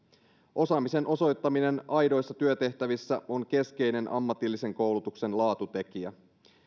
osaamisen osoittaminen aidoissa työtehtävissä on keskeinen ammatillisen koulutuksen laatutekijä